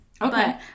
Okay